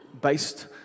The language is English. based